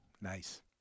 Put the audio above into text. Nice